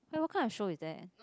eh what kind of show is that